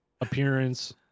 appearance